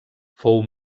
fou